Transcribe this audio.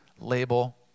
label